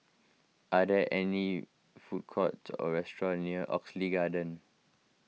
are there any food courts or restaurant near Oxley Garden